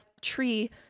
tree